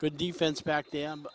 good defense back the